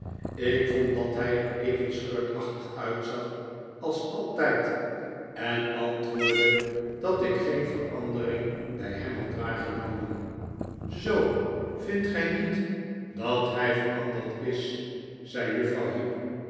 ik vond dat hij er even schurkachtig uitzag als altijd en antwoordde dat ik geen verandering bij hem had waargenomen zoo vindt gij niet dat hij veranderd is zei juffrouw heep